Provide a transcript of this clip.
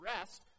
rest